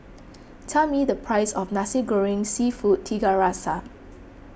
tell me the price of Nasi Goreng Seafood Tiga Rasa